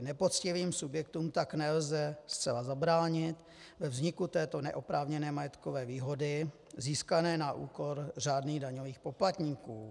Nepoctivým subjektům tak nelze zcela zabránit ve vzniku této neoprávněné majetkové výhody získané na úkor řádných daňových poplatníků.